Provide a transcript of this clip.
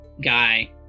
guy